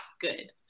good